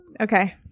Okay